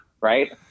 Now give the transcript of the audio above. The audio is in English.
Right